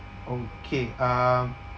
okay um